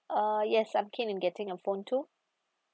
uh yes I'm keen in getting a phone too